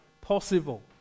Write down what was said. possible